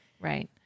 right